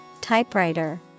typewriter